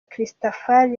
christafari